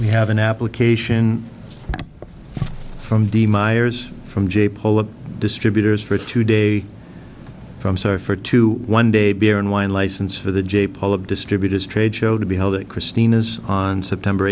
we have an application from dee myers from j pullup distributors for a two day from surfer to one day beer and wine license for the jay public distributors trade show to be held at kristina's on september